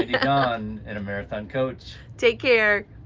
yeah dawn and a marathon coach. take care.